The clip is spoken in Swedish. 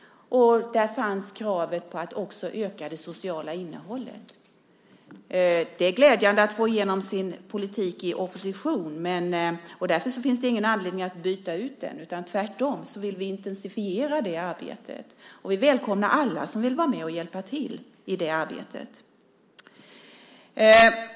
Där fanns kravet på att också öka det sociala innehållet. Det är glädjande att få igenom sin politik i opposition. Därför finns det ingen anledning att byta ut den. Tvärtom vill vi intensifiera det arbetet. Vi välkomnar alla som vill vara med och hjälpa till i det arbetet.